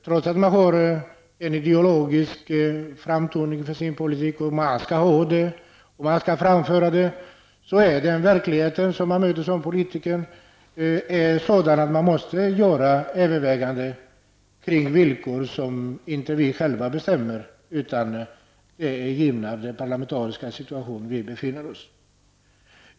Trots att man har en ideologisk framtoning för sin politik -- det skall man ha och den skall man framföra -- är den verklighet som man möter som politiker sådan att man måste överväga villkor som vi inte själva bestämmer över, utan som är givna av den parlamentariska situation som vi befinner oss i.